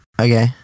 Okay